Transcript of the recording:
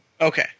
Okay